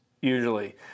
usually